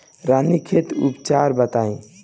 रानीखेत के उपचार बताई?